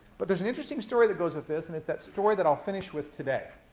but there's an interesting story that goes with this and it's that story that i'll finish with today.